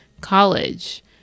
college